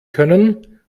können